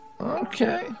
Okay